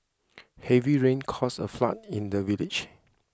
heavy rains caused a flood in the village